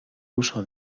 uso